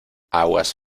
aguas